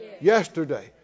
yesterday